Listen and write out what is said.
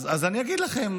אז אני אגיד לכם.